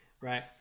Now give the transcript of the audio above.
right